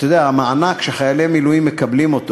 אתה יודע, המענק שחיילי מילואים מקבלים,